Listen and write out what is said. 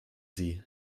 sie